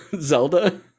Zelda